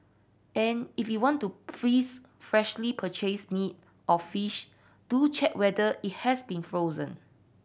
and if you want to freeze freshly purchased meat or fish do check whether it has been frozen